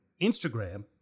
Instagram